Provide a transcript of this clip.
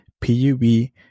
p-u-b